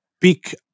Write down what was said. pick